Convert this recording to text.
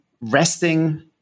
resting